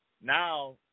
now